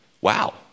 Wow